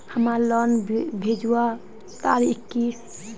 हमार लोन भेजुआ तारीख की?